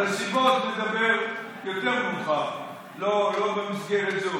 על הנסיבות נדבר מאוחר יותר, לא במסגרת זו.